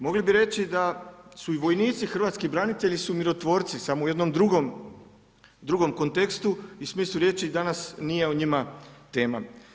Mogli bi reći da su i vojnici, hrvatski branitelji su mirotvorci, samo u jednom drugom kontekstu i smislu riječi i danas nije o njima tema.